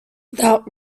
without